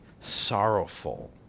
sorrowful